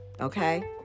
Okay